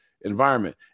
environment